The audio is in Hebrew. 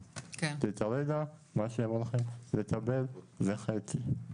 כי כרגע מה שהם הולכים לקבל זה חצי,